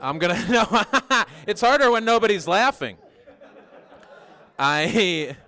i'm going to it's harder when nobody's laughing i